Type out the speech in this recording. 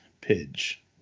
Pidge